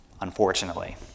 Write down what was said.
unfortunately